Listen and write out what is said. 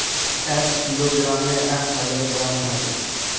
এক কিলোগ্রামে এক হাজার গ্রাম থাকে